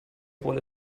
rolle